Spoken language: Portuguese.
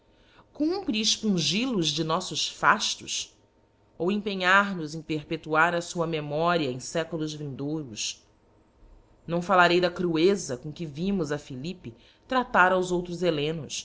cumpre expungil os de noffos faftos ou empenhar nos em perpetuar a fua memoria em feculos vindouros não fallarei da crueza com que vimos a philippe traftar aos outros hellenos